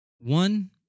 one